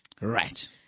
Right